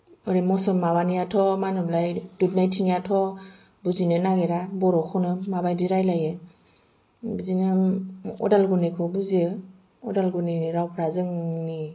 ओरै मौसम माबानियाथ' मा होनोमोनलाय दुधनैथिंनियाथ' बुजिनो नागिरा बर'खौनो माबायदि रायलायो बिदिनो उदालगुरिनिखौ बुजियो उदालगुरिनि रावफोरा जोंनि